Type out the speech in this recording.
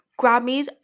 Grammys